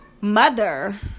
mother